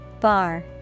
Bar